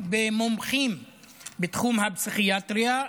במומחים בתחום הפסיכיאטריה,